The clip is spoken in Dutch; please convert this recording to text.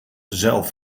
zelf